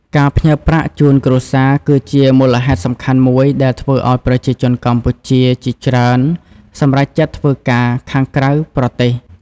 ការផ្ញើប្រាក់ជូនគ្រួសារគឺជាមូលហេតុសំខាន់មួយដែលធ្វើឱ្យប្រជាជនកម្ពុជាជាច្រើនសម្រេចចិត្តធ្វើការខាងក្រៅប្រទេស។